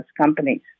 companies